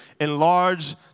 Enlarge